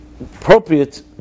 appropriate